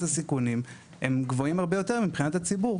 הסיכונים הם גבוהים הרבה יותר מבחינת הציבור,